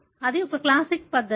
అది ఒక క్లాసిక్ పద్ధతి